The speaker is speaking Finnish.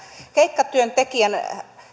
keikkatyöntekijän